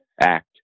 act